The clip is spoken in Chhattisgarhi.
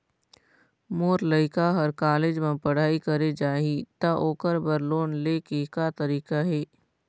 मोर लइका हर कॉलेज म पढ़ई करे जाही, त ओकर बर लोन ले के का तरीका हे?